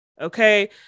okay